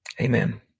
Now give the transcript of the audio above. Amen